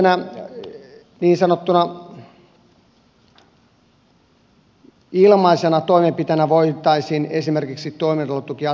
yhtenä niin sanottuna ilmaisena toimenpiteenä voitaisiin esimerkiksi toimeentulotukiasiakkaiden oikeusturvaa parantaa helposti